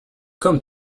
come